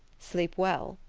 sleep well,